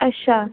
अच्छा